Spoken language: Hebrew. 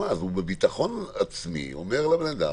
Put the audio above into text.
אז בביטחון עצמי הוא אומר לאדם: